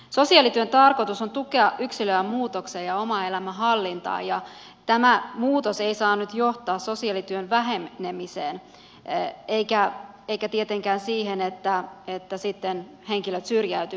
sosiaalityön tarkoitus on tukea yksilöä muutokseen ja oman elämän hallintaan ja tämä muutos ei saa nyt johtaa sosiaalityön vähenemiseen eikä tietenkään siihen että sitten henkilöt syrjäytyisivät